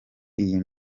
iyi